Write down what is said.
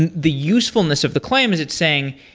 and the usefulness of the claim is it saying,